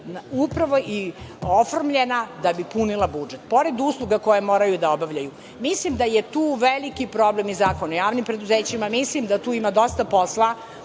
upravo i oformljena da bi punila budžet, pored usluga koje moraju da obavljaju. Mislim da je tu veliki problem i Zakon o javnim preduzećima. Mislim da tu ima dosta posla,